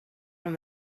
from